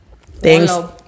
thanks